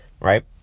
right